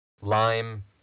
lime